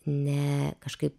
ne kažkaip